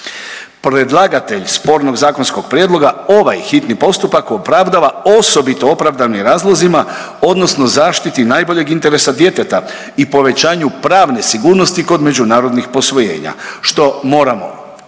Predlagatelj spornog zakonskog prijedloga ovaj hitni postupak opravdava osobito opravdanim razlozima odnosno zaštiti najboljeg interesa djeteta i povećanju pravne sigurnosti kod međunarodnih posvojenja što moramo uočiti,